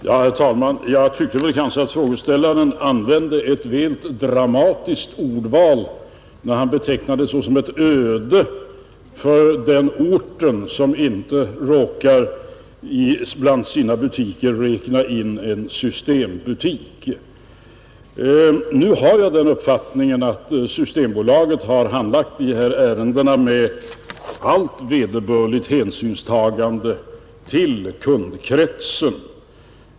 Herr talman! Jag tycker att frågeställaren använde ett för dramatiskt ordval när han betecknade det såsom ett öde att en ort inte råkar bland sina butiker kunna räkna in en systembutik. Nu har jag den uppfattningen att Systembolaget har handlagt de här ärendena med allt vederbörligt hänsynstagande till kundkretsen.